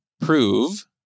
prove